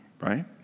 Right